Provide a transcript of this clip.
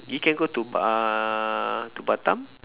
you can go to uh to Batam